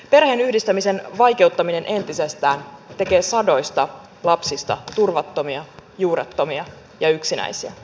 perheenyhdistämisen vaikeuttaminen entisestään tekee sadoista lapsista turvattomia juurettomia ja yksinäisiä